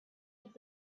had